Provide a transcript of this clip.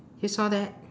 you saw that